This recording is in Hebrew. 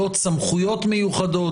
סמכויות מיוחדות,